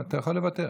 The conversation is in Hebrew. אתה יכול לוותר.